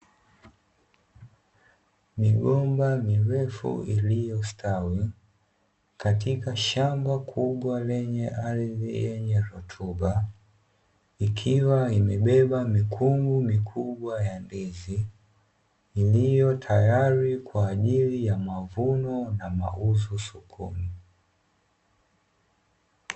Migomba mirefu iliyostawi katika shamba kubwa lenye ardhi yenye rutuba, ikiwa imebeba mikungu mikubwa ya ndizi, iliyo tayari kwa ajili ya mavuno na mauzo sokoni.